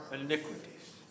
iniquities